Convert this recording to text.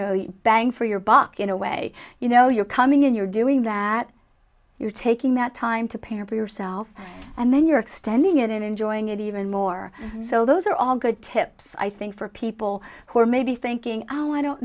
know bang for your buck in a way you know you're coming in you're doing that you're taking that time to pair for yourself and then you're extending it and enjoying it even more so those are all good tips i think for people who are maybe thinking oh i don't